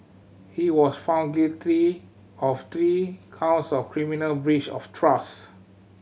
he was found guilty of three counts of criminal breach of trust